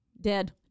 dead